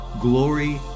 Glory